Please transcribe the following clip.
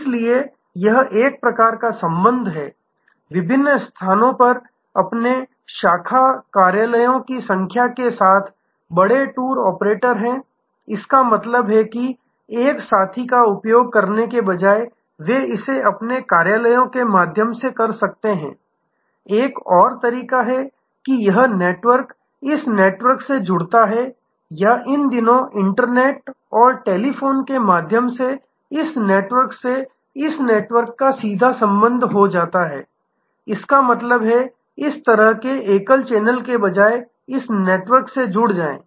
इसलिए यह एक प्रकार का संबंध है विभिन्न स्थानों पर अपने शाखा कार्यालयों की संख्या के साथ बड़े टूर ऑपरेटर हैं इसका मतलब है कि एक साथी का उपयोग करने के बजाय वे इसे अपने कार्यालयों के माध्यम से कर सकते हैं एक और तरीका है कि यह नेटवर्क इस नेटवर्क से जुड़ता है या इन दिनों इंटरनेट और टेलीफोन के माध्यम से इस नेटवर्क से इस नेटवर्क से सीधा संबंध हो सकता है इसका मतलब है इस तरह के एकल चैनल के बजाय इस नेटवर्क से जुड़ जाएं